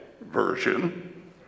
version